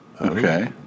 Okay